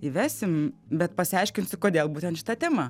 įvesim bet pasiaiškinsiu kodėl būtent šita tema